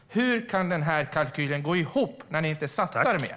Hur kan kalkylen gå ihop när ni inte satsar mer?